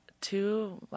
two